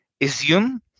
assume